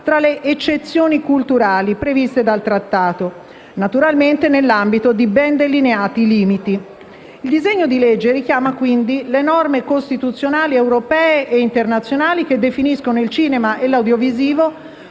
tra le eccezioni culturali previste dal Trattato, naturalmente nell'ambito di ben delineati limiti. Il disegno di legge richiama, quindi, le norme costituzionali europee e internazionali che definiscono il cinema e l'audiovisivo